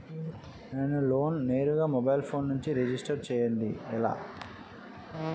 నేను లోన్ నేరుగా mobile phone నుంచి రిజిస్టర్ చేయండి ఎలా?